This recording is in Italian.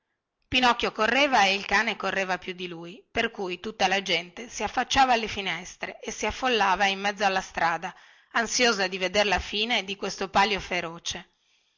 pinocchio correva e il cane correva più di lui per cui tutta la gente si affacciava alle finestre e si affollava in mezzo alla strada ansiosa di veder la fine di questo palio feroce